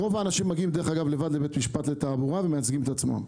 רוב האנשים מגיעים לבד לבית משפט לתעבורה ומייצגים את עצמם.